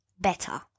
better